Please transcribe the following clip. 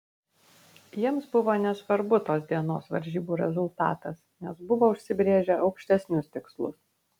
jiems buvo nesvarbu tos dienos varžybų rezultatas nes buvo užsibrėžę aukštesnius tikslus